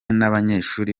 n’abanyeshuri